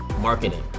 marketing